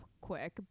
quick